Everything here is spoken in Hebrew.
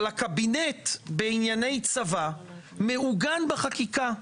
אבל הקבינט בענייני צבא מעוגן בחקיקה.